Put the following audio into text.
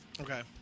Okay